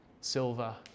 silver